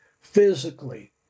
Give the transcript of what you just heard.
physically